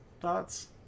thoughts